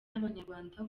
n’abanyarwanda